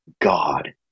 God